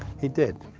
he did,